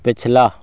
पिछला